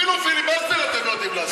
אפילו פיליבסטר אתם לא יודעים לעשות.